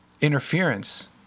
interference